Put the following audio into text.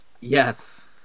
Yes